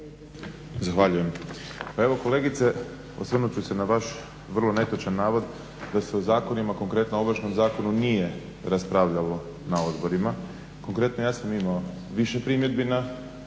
Zahvaljujem. Pa evo kolegice osvrnut ću se na vaš vrlo netočan navod, da se u zakonima konkretno ovršnom zakonu nije raspravljalo na odborima. Konkretno ja sam imao više primjedbi na